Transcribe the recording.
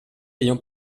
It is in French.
ayant